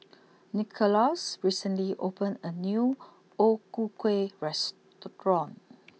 Nicholaus recently opened a new O Ku Kueh restaurant